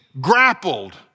grappled